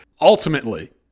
ultimately